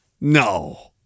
no